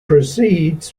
proceeds